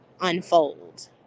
unfold